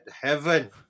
heaven